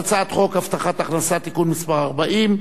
הצעת חוק הבטחת הכנסה (תיקון מס' 40)